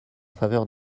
faveur